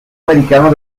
americano